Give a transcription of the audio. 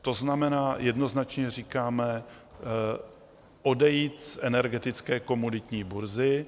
To znamená, jednoznačně říkáme: odejít z energetické komoditní burzy.